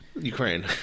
Ukraine